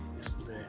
yesterday